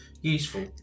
Useful